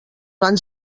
van